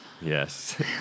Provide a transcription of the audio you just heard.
Yes